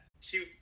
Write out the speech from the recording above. cute